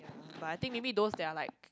but I think maybe those that are like